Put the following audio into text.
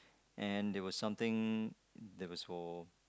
and they were something the was